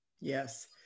Yes